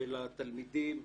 של התלמידים.